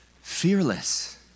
fearless